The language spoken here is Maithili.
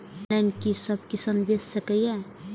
ऑनलाईन कि सब किसान बैच सके ये?